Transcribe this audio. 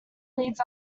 leeds